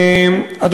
נכון.